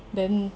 then